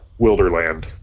Wilderland